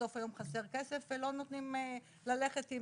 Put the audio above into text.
בסוף היום חסר כסף ולא נותנים ללכת אם